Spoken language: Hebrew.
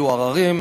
היו עררים,